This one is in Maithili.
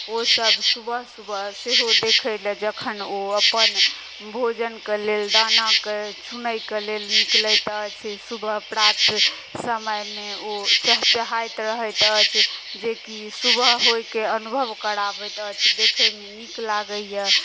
ओ सब सुबह सुबह सेहो देखै लए जखन ओ अपन भोजनके लेल दानाके चुनै कऽ लेल निकलैत अछि सुबह प्रात समयमे ओ चहचहाइत रहैत अछि जेकि सुबह होयके अनुभव कराबैत अछि देखैमे नीक लागैये